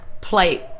plate